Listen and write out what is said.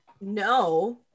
No